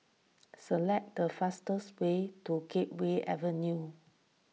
select the fastest way to Gateway Avenue